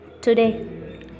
today